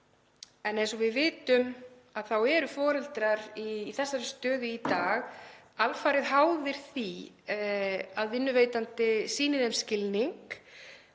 Eins og við vitum þá eru foreldrar í þessari stöðu í dag alfarið háðir því að vinnuveitandi sýni þeim skilning